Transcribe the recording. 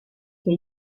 che